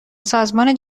سازمان